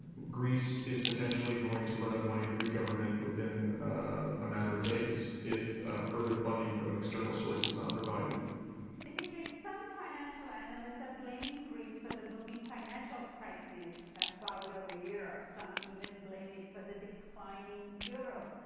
greece is potentially going to run out of money, the greek government, within a matter of days, if further funding from an external source is not provided. peries dimitri, some financial analysts are blaming greece for the looming financial crisis, a cloud over europe. some even blame it for the declining euro,